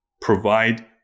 provide